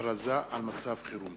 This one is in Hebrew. ההכרזה על מצב חירום.